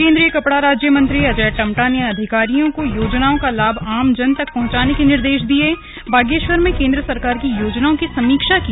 केंद्रीय कपड़ा राज्य मंत्री अजय टम्टा ने अधिकारियों को योजनाओं का लाभ आमजन तक पहुंचाने के निर्देश दियेबागेश्वर में केंद्र सरकार की योजनाओं की समीक्षा की